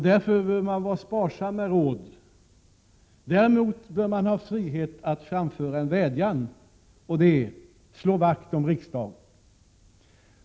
Därför bör man vara sparsam med råd. Däremot bör man ha frihet att framföra en vädjan, och det är: Slå vakt om riksdagen!